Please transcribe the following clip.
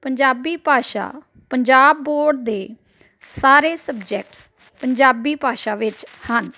ਪੰਜਾਬੀ ਭਾਸ਼ਾ ਪੰਜਾਬ ਬੋਰਡ ਦੇ ਸਾਰੇ ਸਬਜੈਕਟਸ ਪੰਜਾਬੀ ਭਾਸ਼ਾ ਵਿੱਚ ਹਨ